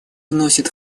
вносит